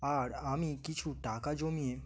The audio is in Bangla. আর আমি কিছু টাকা জমিয়ে